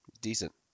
decent